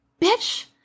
bitch